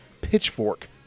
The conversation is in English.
pitchfork